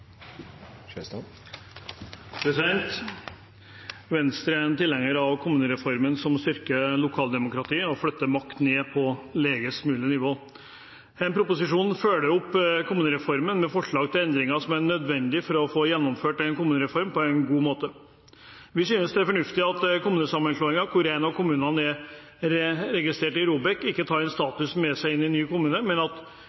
innstilling. Venstre er tilhenger av kommunereformen som styrker lokaldemokratiet og flytter makt ned på lavest mulig nivå. Denne proposisjonen følger opp kommunereformen med forslag til endringer som er nødvendige for å få gjennomført en kommunereform på en god måte. Vi synes det er fornuftig at kommunesammenslåinger der én av kommunene er registrert i ROBEK, ikke tar statusen med seg inn i ny kommune, men at Fylkesmannen gir en